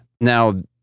Now